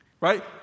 Right